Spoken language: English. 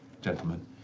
gentlemen